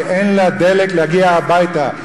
כי אין לה דלק להגיע הביתה.